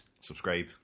Subscribe